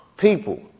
People